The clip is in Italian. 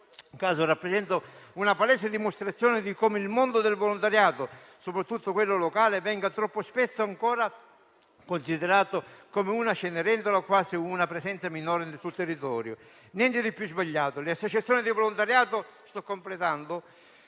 caso rappresenta una palese dimostrazione di come il mondo del volontariato, soprattutto quello locale, venga troppo spesso considerato ancora come una Cenerentola, quasi una presenza minore sul territorio. Niente di più sbagliato: le associazioni di volontariato rivestono